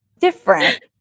different